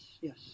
yes